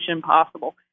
possible